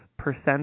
Percent